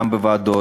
גם בוועדות,